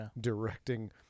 directing